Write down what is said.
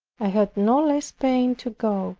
i had no less pain to go